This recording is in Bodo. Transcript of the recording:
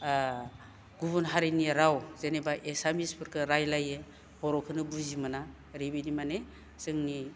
ओ गुबुन हारिनि राव जेनोबा एसामिसफोरखो रायज्लायो बर'खोनो बुजिमोना ओरैबायदि माने जोंनि